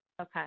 Okay